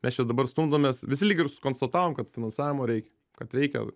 mes čia dabar stumdomės visi lyg ir sukonstatavom kad finansavimo reikia kad reikia